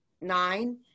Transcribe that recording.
nine